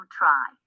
try